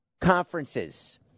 conferences